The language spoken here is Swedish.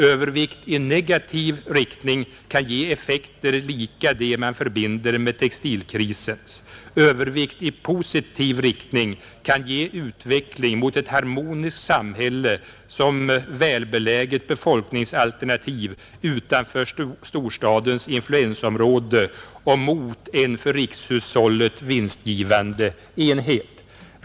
Övervikt i negativ riktning kan ge liknande effekter som man förbinder med textilkrisen, Övervikt i positiv riktning kan ge en utveckling mot ett harmoniskt samhälle som välbeläget befolkningsalternativ utanför storstadens influensområde och mot en för rikshushållet vinstgivande enhet. Herr talman!